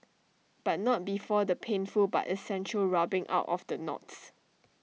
but not before the painful but essential rubbing out of the knots